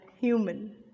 human